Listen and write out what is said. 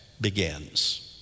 begins